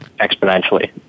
exponentially